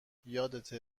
یادته